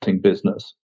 business